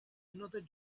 another